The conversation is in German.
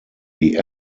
die